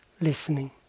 listening